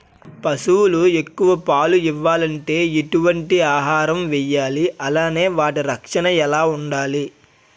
పశువులు ఎక్కువ పాలు ఇవ్వాలంటే ఎటు వంటి ఆహారం వేయాలి అలానే వాటి రక్షణ ఎలా వుండాలి?